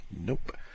nope